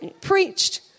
preached